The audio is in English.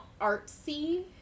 artsy